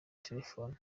telephone